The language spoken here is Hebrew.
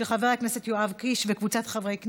של חבר הכנסת יואב קיש וקבוצת חברי הכנסת.